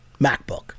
MacBook